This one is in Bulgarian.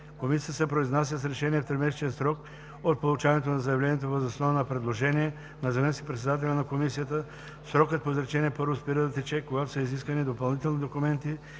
Комисията се произнася с решение в тримесечен срок от получаването на заявлението въз основа на предложение на заместник-председателя на комисията. Срокът по изречение първо спира да тече, когато са изискани допълнителни документи